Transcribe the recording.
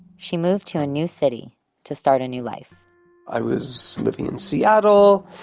she moved to a new city to start a new life i was living in seattle,